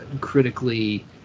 critically